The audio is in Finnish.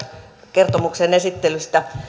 kertomuksen esittelystä